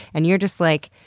and you're just, like,